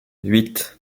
huit